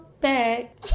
back